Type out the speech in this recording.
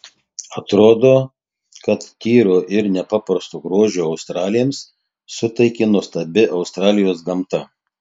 atrodo kad tyro ir nepaprasto grožio australėms suteikė nuostabi australijos gamta